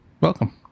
Welcome